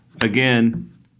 Again